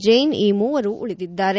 ಜೈನ್ ಈ ಮೂವರು ಉಳಿದಿದ್ದಾರೆ